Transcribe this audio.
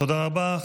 תודה רבה.